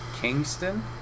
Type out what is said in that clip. Kingston